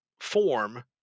form